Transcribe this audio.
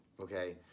okay